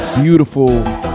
beautiful